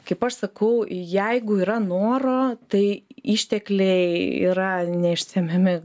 kaip aš sakau jeigu yra noro tai ištekliai yra neišsemiami